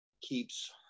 keeps